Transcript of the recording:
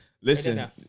Listen